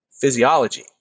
physiology